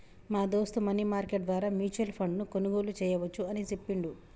మా దోస్త్ money market ద్వారా మ్యూచువల్ ఫండ్ ను కొనుగోలు చేయవచ్చు అని చెప్పిండు